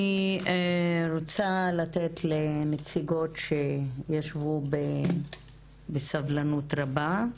אני רוצה לתת לנציגות שישבו בסבלנות רבה.